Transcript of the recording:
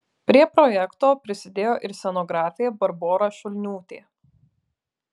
prie projekto prisidėjo ir scenografė barbora šulniūtė